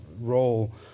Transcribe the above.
role